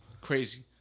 Crazy